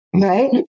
right